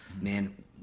man